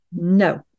no